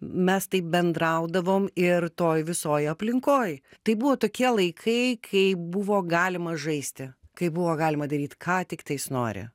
mes taip bendraudavom ir toj visoj aplinkoj tai buvo tokie laikai kai buvo galima žaisti kai buvo galima daryt ką tiktais nori